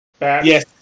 Yes